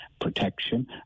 protection